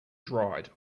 dried